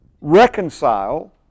reconcile